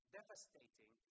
devastating